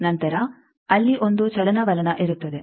ನಂತರ ಅಲ್ಲಿ ಒಂದು ಚಲನವಲನ ಇರುತ್ತದೆ